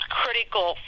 critical